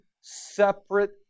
separate